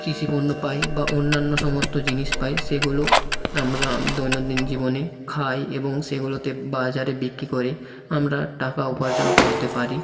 কৃষিপণ্য পাই বা অন্যান্য সমস্ত জিনিস পাই সেগুলো আমরা দৈনন্দিন জীবনে খাই এবং সেগুলোতে বাজারে বিক্রি করে আমরা টাকা উপার্জন করতে পারি